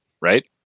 Right